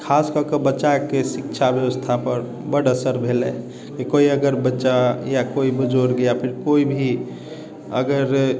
खास कके बच्चा के शिक्षा व्यवस्था पर बड असर भेलै कोइ अगर बच्चा या कोइ बुजुर्ग या फिर कोइ भी अगर